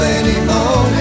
anymore